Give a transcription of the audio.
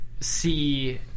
see